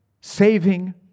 saving